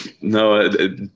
no